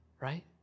right